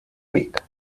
week